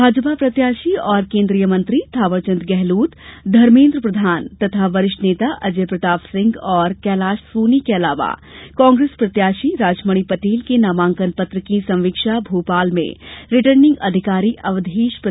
भाजपा प्रत्याशी और केन्द्रीय मंत्री थावरचंद्र गहलोत एवं धमेन्द्र प्रधान तथा वरिष्ठ नेता अजय प्रताप सिंह और कैलाश सोनी के अलावा कांग्रेस प्रत्याशी राजमणी पटेल के नामांकन पत्र की समीक्षा भोपाल में रिटर्निंग अधिकारी अवधेश प्रताप सिंह ने की